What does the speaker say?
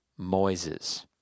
Moises